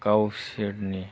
गावसोरनि